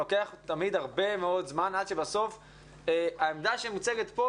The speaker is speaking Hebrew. לוקח תמיד הרבה מאוד זמן עד שבסוף העמדה שמוצגת כאן,